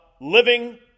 living